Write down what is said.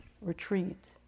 retreat